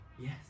yes